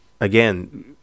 again